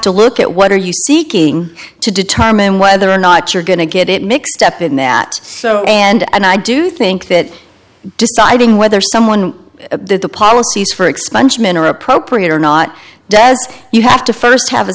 to look at what are you seeking to determine whether or not you're going to get it mixed up in that so and i do think that deciding whether someone did the policies for expungement are appropriate or not does you have to first have